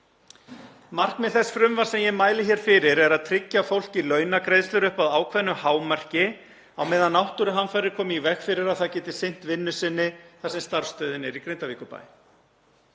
Markmið þess frumvarps sem ég mæli hér fyrir er að tryggja fólki launagreiðslur upp að ákveðnu hámarki á meðan náttúruhamfarir koma í veg fyrir að það geti sinnt vinnu sinni þar sem starfsstöðin er í Grindavíkurbæ.